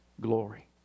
glory